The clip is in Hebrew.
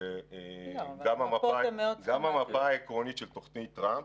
גם המפה העקרונית של תוכנית טראמפ.